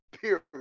period